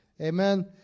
Amen